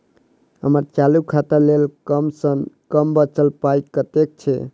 हम्मर चालू खाता लेल कम सँ कम बचल पाइ कतेक छै?